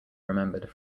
remembered